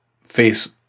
face